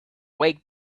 way